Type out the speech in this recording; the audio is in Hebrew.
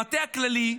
במטה הכללי,